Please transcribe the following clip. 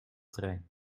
trein